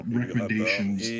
recommendations